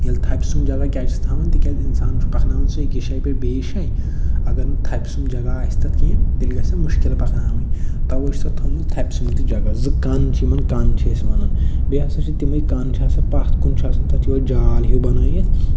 ییٚلہِ تھَپہِ سُنٛمب جگہ کیٛازِ چھِس تھاوان تِکیٛازِ اِنسان چھُ پکناوان سُہ أکِس جایہِ پٮ۪ٹھ بیٚیِس جایہِ اگر نہٕ تھپہِ سُنٛمب جگہ آسہِ تتھ کیٚنٛہہ تیٚلہِ گَژھِ سُہ مُشکِل پکناوٕنۍ تَوَے چھُ تَتھ تھومٕژ تھَپہِ سُنٛمب تہِ جگہِ زٕ کن چھِ یِمن کن چھِ أسۍ وَنان بیٚیہِ ہسا تِمَے کن چھِ آسان پتھ کُن آسان تتھ یِہوٚے جال ہیوٗ بنٲیِتھ